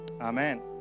Amen